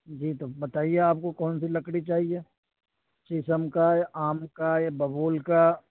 جی تب بتائیے آپ کون سی لکڑی چاہیے شیشم کا یا آم کا یا ببول کا